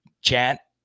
chat